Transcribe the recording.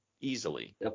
easily